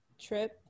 trip